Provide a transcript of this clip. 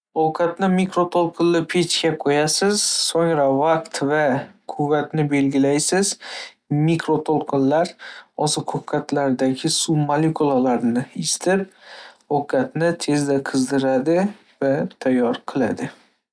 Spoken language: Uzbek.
Ovqatni mikroto'lqinli pechga qo'yasiz, so'ngra vaqt va quvvatni belgilaysiz. Mikroto'lqinlar oziq-ovqatdagi suv molekulalarini isitib, ovqatni tezda qizdiradi va tayyor qiladi.